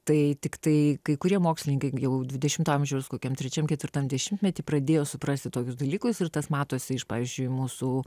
tai tiktai kai kurie mokslininkai jau dvidešimto amžiaus kokiam trečiam ketvirtam dešimtmety pradėjo suprasti tokius dalykus ir tas matosi iš pavyzdžiui mūsų